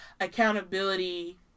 accountability